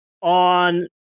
on